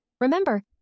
Remember